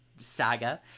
saga